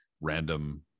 random